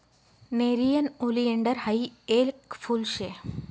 nerium oleander हायी येक फुल शे